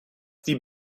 die